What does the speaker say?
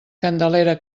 candelera